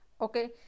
okay